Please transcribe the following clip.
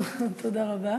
תודה רבה.